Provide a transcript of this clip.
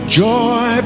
joy